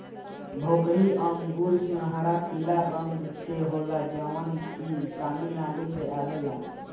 भोकरी अंगूर सुनहरा पीला रंग के होला जवन की तमिलनाडु से आवेला